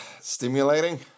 Stimulating